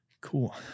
cool